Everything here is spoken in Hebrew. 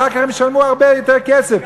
אחר כך הם ישלמו הרבה יותר כסף.